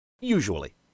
Usually